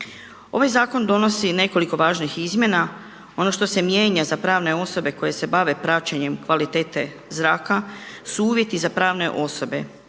Ovaj zakon donosi nekoliko važnih izmjena. Ono što se mijenja za pravne osobe koje se bave praćenjem kvalitete zraka su uvjeti za pravne osobe,